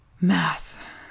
Math